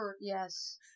Yes